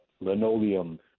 linoleum